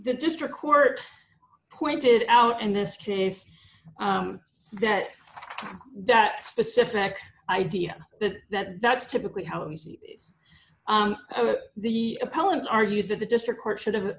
the district court pointed out in this case that that specific idea that that that's typically how the appellant argued that the district court should